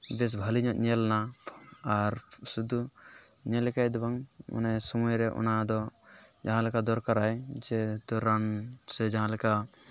ᱵᱮᱥ ᱵᱷᱟᱹᱞᱤᱧᱚᱜ ᱧᱮᱞ ᱮᱱᱟ ᱟᱨ ᱥᱩᱫᱩ ᱧᱮᱞ ᱞᱮᱠᱷᱟᱱ ᱫᱚ ᱵᱟᱝ ᱢᱟᱱᱮ ᱥᱩᱢᱟᱹᱭᱨᱮ ᱚᱱᱟ ᱫᱚ ᱡᱟᱦᱟᱸᱞᱮᱠᱟ ᱫᱚᱨᱠᱟᱨᱟᱭ ᱡᱮ ᱛᱚ ᱨᱟᱱ ᱥᱮ ᱡᱟᱦᱟᱸᱞᱮᱠᱟ